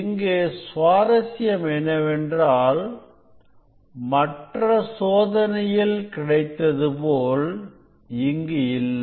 இங்கே சுவாரஸ்யம் என்னவென்றால் மற்ற சோதனையில் கிடைத்தது போல் இங்கு இல்லை